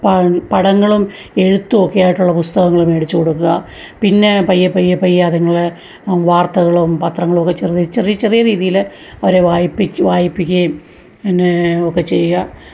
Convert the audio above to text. പ പടങ്ങളും എഴുത്തുമൊക്കെ ആയിട്ടുള്ള പുസ്തകങ്ങള് മേടിച്ച് കൊടുക്കുക പിന്നെ പയ്യെ പയ്യെ പയ്യെ അതുങ്ങള് വാർത്തകളും പത്രങ്ങളുമൊക്കെ ചെറിയ ചെറിയ രീതിയില് അവരെ വായിപ്പിച്ച് വായിപ്പിക്കുകയും പിന്നെ ഒക്കെ ചെയ്യുക